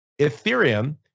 Ethereum